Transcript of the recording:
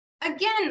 again